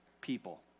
people